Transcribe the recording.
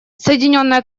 соединенное